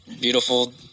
beautiful